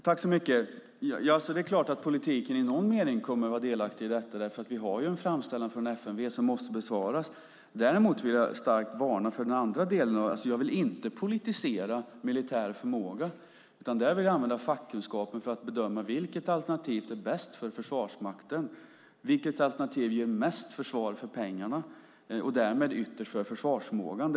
Fru talman! Det är klart att politiken i någon mening kommer att vara delaktig i detta, för vi har en framställan från FMV som måste besvaras. Jag vill dock inte politisera militär förmåga. Jag vill använda fackkunskap för att bedöma vilket alternativ som är bäst för Försvarsmakten och vilket alternativ som ger mest försvar för pengarna och därmed ytterst för försvarsförmågan.